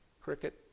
Cricket